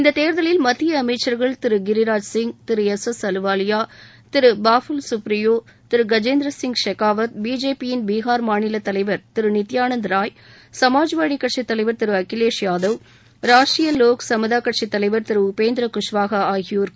இந்த தேர்தலில் மத்திய அமைச்சர்கள் திரு கிரிராஜ் சிங் திரு எஸ் எஸ் அலுவாலியா திரு பாபுல் கப்ரியோ திரு கஜேந்திர சிங் ஷெகாவத் பிஜேபியின் பீகார் மாநில தலைவர் திரு நித்தியானந்த் ராய் சமாஜ்வாடி கட்சி தலைவர் திரு அகிலேஷ் யாதவ் ராஷ்டிரிய லோக் சமதா கட்சி தலைவர் திரு உபேந்திரா புஷ்வாகா ஆகியோர் களத்தில் உள்ளனர்